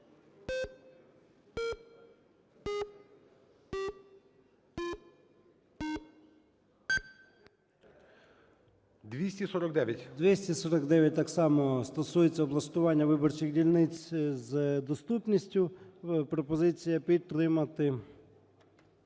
О.М. 249 так само стосується облаштування виборчих дільниць з доступністю. Пропозиція підтримати.